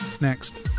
Next